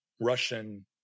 Russian